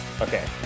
Okay